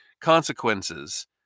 consequences